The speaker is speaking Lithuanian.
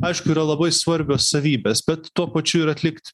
aišku yra labai svarbios savybės bet tuo pačiu ir atlikt